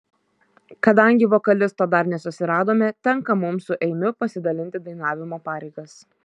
kadangi vokalisto dar nesusiradome tenka mums su eimiu pasidalinti dainavimo pareigas